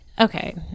Okay